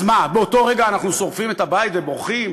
אז מה, באותו רגע אנחנו שורפים את הבית ובורחים?